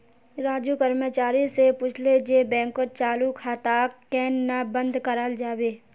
राजू कर्मचारी स पूछले जे बैंकत चालू खाताक केन न बंद कराल जाबे